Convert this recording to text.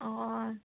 অঁ